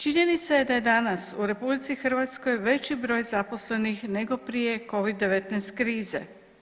Činjenica je da je danas u RH veći broj zaposlenih nego prije covid-19 krize.